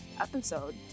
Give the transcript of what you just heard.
episode